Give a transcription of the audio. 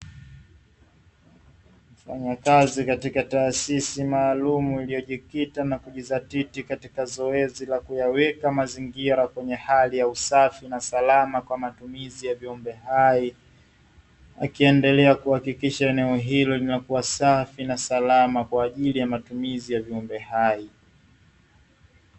Mfanyakazi katika taasisi malaamu iliyojikita na kujizatiti katika zoezi la kuyaweka mazingira kwenye hali ya usafi na salama kwa matumizi ya viumbe hai, akiendelea kuhakikisha eneo hilo linakuwa safi na salama kwa ajili ya matumizi ya viumbe hai.